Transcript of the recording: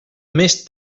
més